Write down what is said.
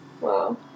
Wow